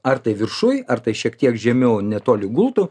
ar tai viršuj ar tai šiek tiek žemiau netoli gultų